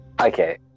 Okay